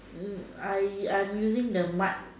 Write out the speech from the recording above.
I I'm using the mud